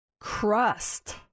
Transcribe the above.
Crust